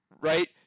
right